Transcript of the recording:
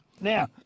Now